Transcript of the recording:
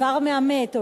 איבר מהמת,